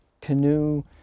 canoe